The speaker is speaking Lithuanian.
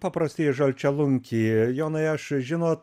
paprastąjį žalčialunkį jonai aš žinot